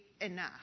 enough